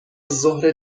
ظهر